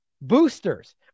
Boosters